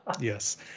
Yes